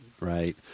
Right